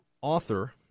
author